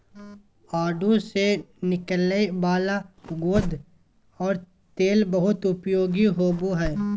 आडू से निकलय वाला गोंद और तेल बहुत उपयोगी होबो हइ